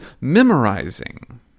memorizing